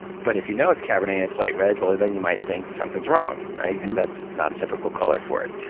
but if you know it's cabernet, and it's light red, well, then you might think something is wrong because that's not a typical color for it.